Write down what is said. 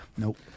Nope